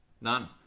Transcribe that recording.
None